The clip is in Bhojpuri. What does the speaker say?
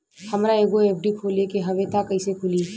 हमरा एगो एफ.डी खोले के हवे त कैसे खुली?